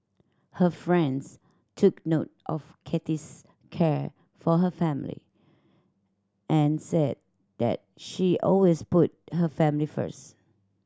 her friends took note of Kathy's care for her family and said that she always put her family first